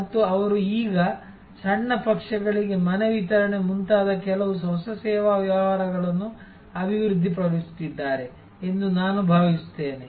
ಮತ್ತು ಅವರು ಈಗ ಸಣ್ಣ ಪಕ್ಷಗಳಿಗೆ ಮನೆ ವಿತರಣೆ ಮುಂತಾದ ಕೆಲವು ಹೊಸ ಸೇವಾ ವ್ಯವಹಾರಗಳನ್ನು ಅಭಿವೃದ್ಧಿಪಡಿಸುತ್ತಿದ್ದಾರೆ ಎಂದು ನಾನು ಭಾವಿಸುತ್ತೇನೆ